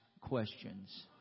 questions